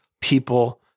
people